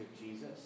Jesus